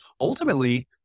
ultimately